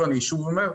ואני שוב אומר,